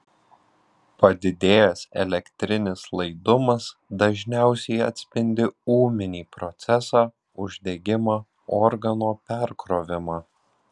padidėjęs elektrinis laidumas dažniausiai atspindi ūminį procesą uždegimą organo perkrovimą